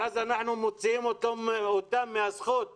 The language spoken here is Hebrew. ואז אנחנו מוציאים אותם מהזכות ללמוד.